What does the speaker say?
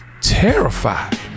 terrified